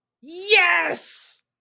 Yes